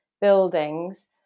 buildings